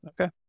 okay